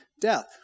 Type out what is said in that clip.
death